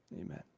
Amen